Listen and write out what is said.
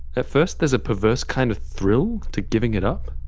at first there is a perverse kind of thrill to giving it up,